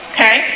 Okay